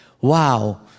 Wow